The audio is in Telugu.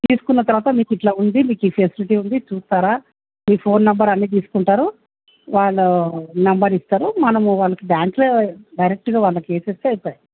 తీసుకున్న తర్వాత మీకు ఇట్ల ఉంది మీకు ఈ ఫెసిలిటీ ఉంది చూస్తారా మీ ఫోన్ నెంబర్ అన్నీ తీసుకుంటారు వాళ్ళు నెంబర్ ఇస్తారు మనము వాళ్ళకు దాంట్లో డైరెక్ట్గా వాళ్ళకి వేస్తే అయిపాయ